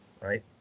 right